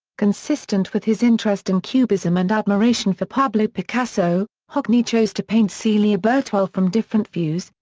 consistent with his interest in cubism and admiration for pablo picasso, hockney chose to paint celia birtwell from different views,